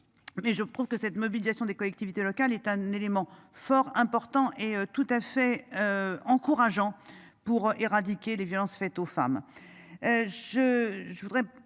Mais je trouve que cette mobilisation des collectivités locales est un élément fort important et tout à fait. Encourageants pour éradiquer les violences faites aux femmes.